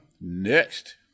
Next